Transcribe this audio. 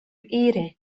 ehre